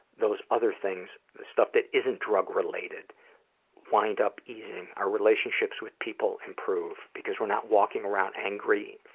those other things, the stuff that isn't drug-related wind up easing our relationships with people improve because we're not walking around angry,